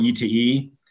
ETE